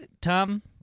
Tom